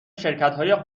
شرکتهای